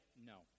No